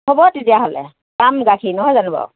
হ'ব তেতিয়াহ'লে পাম গাখীৰ নহয় জানো বাৰু